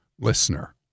listener